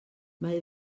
mae